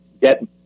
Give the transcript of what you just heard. get